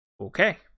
Okay